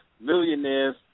millionaires